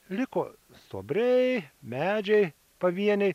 liko stuobriai medžiai pavieniai